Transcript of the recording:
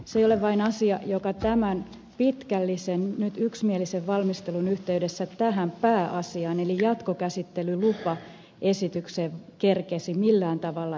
se ei ole vain asia joka tämän pitkällisen nyt yksimielisen valmistelun yhteydessä tähän pääasiaan eli jatkokäsittelylupaesitykseen kerkeäisi millään tavalla